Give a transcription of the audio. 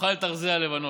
ותאכל את ארזי הלבנון"